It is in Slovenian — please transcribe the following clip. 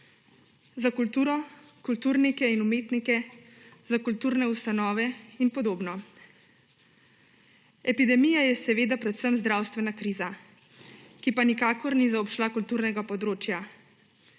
za kulturo, kulturnike in umetnike, za kulturne ustanove in podobno. Epidemija je seveda predvsem zdravstvena kriza, ki pa nikakor ni zaobšla kulturnega področja,